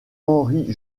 henri